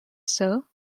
sir